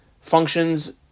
functions